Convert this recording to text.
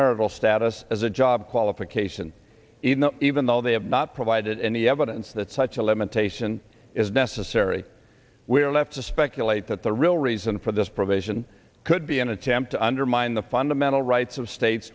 marital status as a job qualification even though they have not provided any evidence that such a limitation is necessary we are left to speculate that the real reason for this provision could be an attempt to undermine the fundamental rights of states